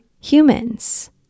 humans